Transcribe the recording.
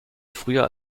früher